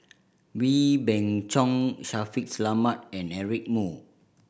Wee Beng Chong Shaffiq Selamat and Eric Moo